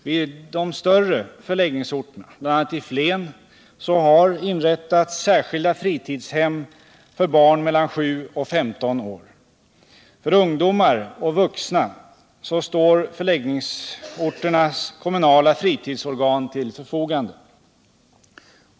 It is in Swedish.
Vid de större förläggningsorterna, bl.a. Flen, har inrättats särskilda fritidshem för barn mellan sju och femton år. För ungdomar och vuxna står förläggningsorternas kommunala fritidsorgan till förfogande.